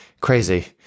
Crazy